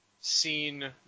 seen